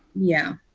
yeah,